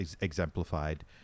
exemplified